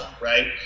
right